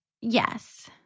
Yes